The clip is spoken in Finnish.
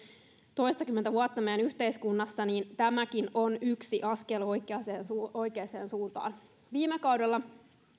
toistakymmentä vuotta meidän yhteiskunnassa tämäkin on yksi askel oikeaan suuntaan viime kaudella